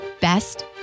best